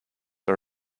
are